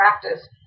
practice